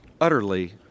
utterly